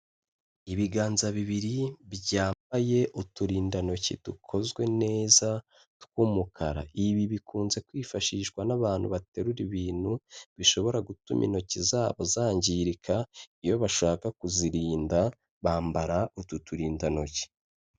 Ibiganza bibiri byambaye uturindantoki dukozwe neza tw'umukara. Ibi bikunze kwifashishwa n'abantu baterura ibintu bishobora gutuma intoki zabo zangirika, iyo bashaka kuzirinda, bambara utu turindantoki.